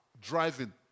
driving